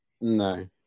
No